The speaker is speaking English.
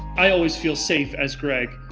i always feel safe, as greg,